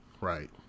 Right